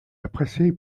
appréciées